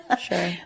sure